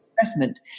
investment